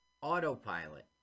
autopilot